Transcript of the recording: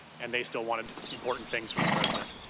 and they still wanted important things from the president.